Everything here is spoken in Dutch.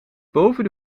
boven